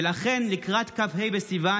ולכן לקראת כ"ה בסיוון